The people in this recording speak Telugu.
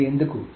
అది ఎందుకు